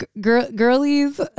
girlies